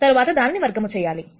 తర్వాత దానిని వర్గం చేయాలి